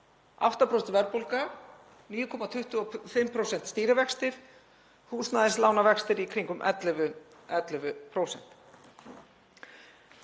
8% verðbólga, 9,25% stýrivextir, húsnæðislánavextir í kringum 11%.